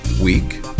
Week